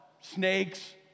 Snakes